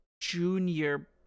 junior